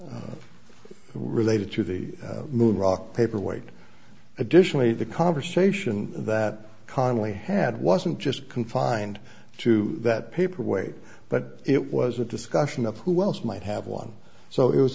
e related to the moon rock paperweight additionally the conversation that connally had wasn't just confined to that paper weight but it was a discussion of who else might have won so it was